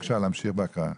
בבקשה להמשיך בהקראה.